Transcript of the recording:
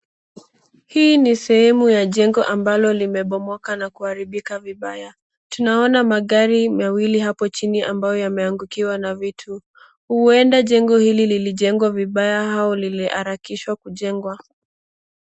Hii ni sehemu ya jengo ambalo imebomoka na kuharibika vibaya, tunaona magari mawili hapo chini ambayo yameangukiwa na vitu. Huenda jengo hili lillijegwa vibaya au liliharakishwa kujengwa.